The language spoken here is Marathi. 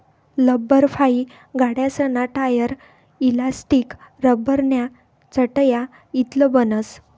लब्बरफाइ गाड्यासना टायर, ईलास्टिक, लब्बरन्या चटया इतलं बनस